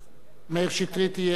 מאיר שטרית יהיה במקום כבל,